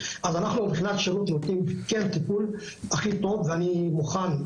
אז אנחנו מבחינת שירות נותנים כן טיפול הכי טוב ואני מוכן,